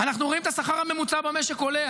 אנחנו רואים את השכר הממוצע במשק עולה,